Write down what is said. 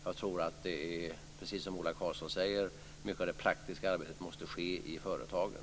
Jag tror - precis som Ola Karlsson säger - att mycket av det praktiska arbetet måste ske i företagen.